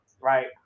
right